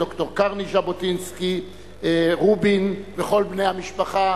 ד"ר קרני ז'בוטינסקי-רובין וכל בני המשפחה,